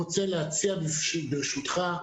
ברשותך,